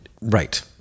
right